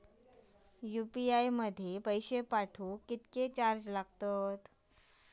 UPI मधलो पैसो पाठवुक किती चार्ज लागात?